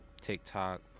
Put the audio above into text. TikTok